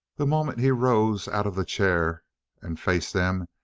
the moment he rose out of the chair and faced them,